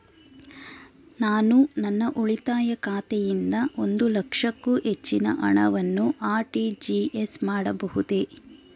ನಾನು ನನ್ನ ಉಳಿತಾಯ ಖಾತೆಯಿಂದ ಒಂದು ಲಕ್ಷಕ್ಕೂ ಹೆಚ್ಚಿನ ಹಣವನ್ನು ಆರ್.ಟಿ.ಜಿ.ಎಸ್ ಮಾಡಬಹುದೇ?